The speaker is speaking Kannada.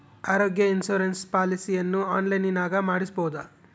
ಆರೋಗ್ಯ ಇನ್ಸುರೆನ್ಸ್ ಪಾಲಿಸಿಯನ್ನು ಆನ್ಲೈನಿನಾಗ ಮಾಡಿಸ್ಬೋದ?